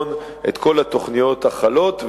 לבחון את כל התוכניות החלות,